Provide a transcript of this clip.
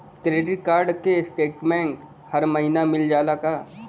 Credit card क statement हर महिना मिल जाला का?